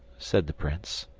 said the prince.